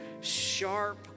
sharp